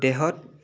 দেহত